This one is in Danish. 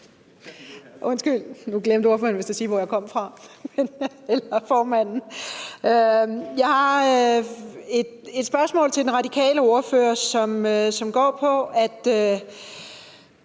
Jeg har et spørgsmål til den radikale ordfører, som går på, at